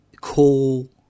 call